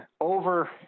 over